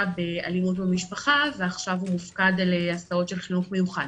באלימות במשפחה ועכשיו הוא מופקד על הסעות של חינוך מיוחד,